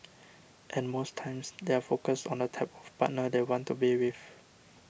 and most times they are focused on the type of partner they want to be with